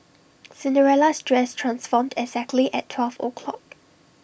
Cinderella's dress transformed exactly at twelve O clock